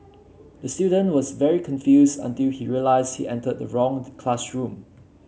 the student was very confused until he realised he entered the wrong classroom